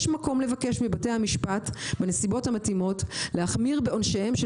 יש מקום לבקש מבתי המשפט בנסיבות המתאימות להחמיר בעונשיהם של